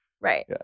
right